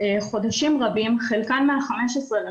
אלא איזושהי תכנית של מישהו שיכול ללוות